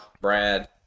Brad